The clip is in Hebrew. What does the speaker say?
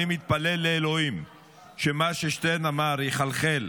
אני מתפלל לאלוהים שמה ששטרן אמר יחלחל,